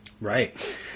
Right